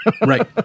right